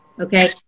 okay